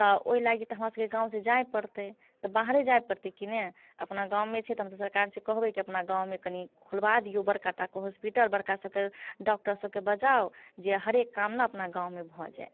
तऽ ओहि लागि तऽ हमरा सभके गाँव से जाइ पड़ते तऽ बाहरे जाइ पड़ते कि ने अपना गाँवमे छै तऽ हम सभ सरकार सऽ कहबै कि अपना गाँवमे कनि खुलबा दियौ बड़का टाके हॉस्पिटल बड़का सभके डाॅक्टर सभके बजाऊ जे हरेक काम अपना गाँवमे भऽ जाइ